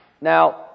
Now